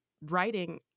writing